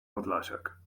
podlasiak